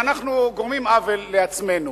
ואנחנו גורמים עוול לעצמנו.